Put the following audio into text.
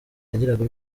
yagiraga